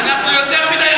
אנחנו יותר מדי רכים אתכם.